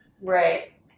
Right